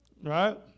Right